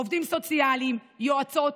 עובדים סוציאליים ויועצות,